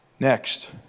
Next